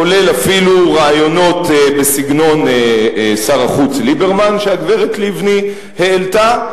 כולל אפילו רעיונות בסגנון שר החוץ ליברמן שהגברת לבני העלתה,